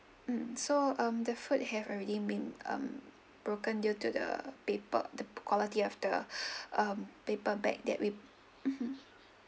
mm so um the food have already been um broken due to the paper the quality of the um paperback that we mmhmm